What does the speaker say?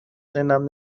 سنم